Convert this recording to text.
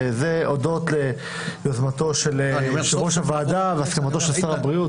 וזה הודות ליוזמתו של יושב-ראש הוועדה והסכמתו של שר הבריאות.